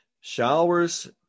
showers